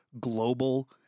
global